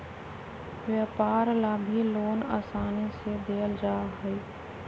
व्यापार ला भी लोन आसानी से देयल जा हई